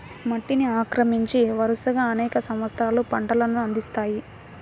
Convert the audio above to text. మట్టిని ఆక్రమించి, వరుసగా అనేక సంవత్సరాలు పంటలను అందిస్తాయి